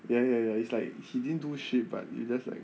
ya ya ya it's like he didn't do shit but you just like